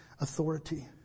authority